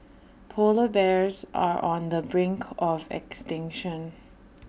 Polar Bears are on the brink of extinction